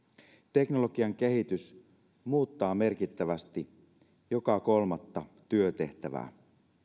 teknologian kehitys muuttaa merkittävästi joka kolmatta työtehtävää